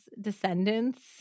descendants